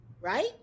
right